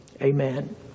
Amen